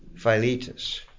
Philetus